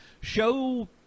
Show